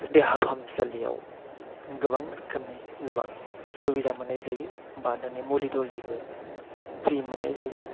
देहा फाहामसालियाव गोबां रोखोमनि गोबां सुबिदा मोननाय जायो एबा दिनै मुलि थुलिबो फ्रि मोननाय जायो